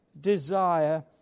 desire